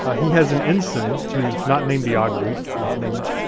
ah he has an ensign who's not named iago. he's not named,